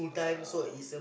um